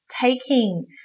taking